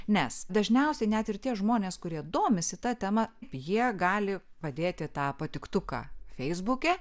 nes dažniausiai net ir tie žmonės kurie domisi ta tema jie gali padėti tą patiktuką feisbuke